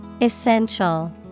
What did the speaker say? Essential